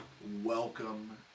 welcome